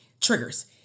triggers